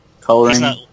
coloring